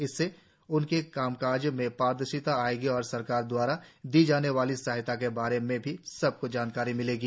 इससे उनके काम काज में पारदर्शिता आएगी और सरकार द्वारा दी जाने वाली सहायता के बारे में भी सबको जानकारी मिलेगी